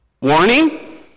Warning